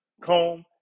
comb